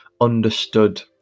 Understood